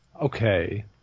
Okay